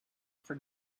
for